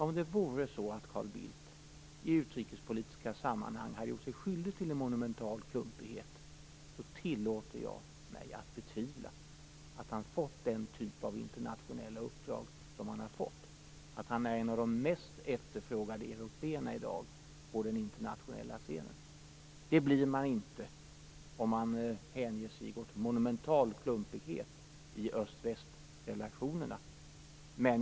Om det vore så att Carl Bildt i utrikespolitiska sammanhang har gjort sig skyldig till en monumental klumpighet tillåter jag mig att betvivla att fått den typ av internationella uppdrag som han har fått. Han är en av de mest efterfrågade européerna i dag på den internationella scenen. Det blir man inte om man hänger sig åt monumental klumpighet i öst-väst-relationerna.